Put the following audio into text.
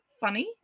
funny